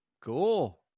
cool